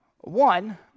One